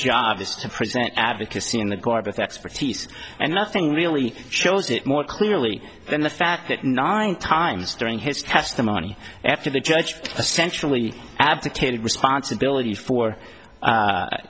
to present advocacy in the guard with expertise and nothing really shows it more clearly than the fact that nine times during his testimony after the judge essentially abdicated responsibility for